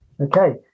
okay